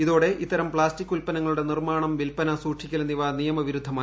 ഇതോടെ ഇത്തരം പ്ലാസ്റ്റിക് ഉൽപ്പന്നങ്ങളുടെ നിർമ്മാണം വിൽപ്പന സൂക്ഷിക്കൽ എന്നിവ നിയമവിരുദ്ധമായി